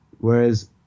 Whereas